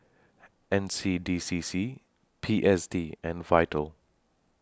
N C D C C P S D and Vital